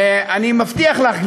ואני מבטיח לך,